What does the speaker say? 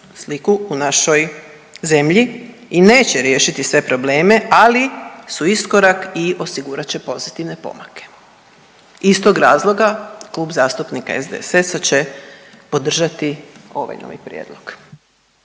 sliku u našoj zemlji i neće riješiti sve probleme, ali su iskorak i osigurat će pozitivne pomake. Iz tog razloga, Klub zastupnika SDSS-a će podržati ovaj novi prijedlog.